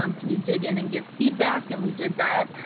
um can you dig in and give feedback? and we did that.